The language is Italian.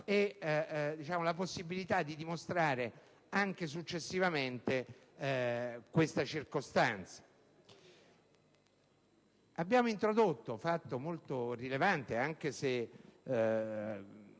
la possibilità di dimostrare anche successivamente questa circostanza. Abbiamo introdotto, ed è un fatto molto rilevante, anche se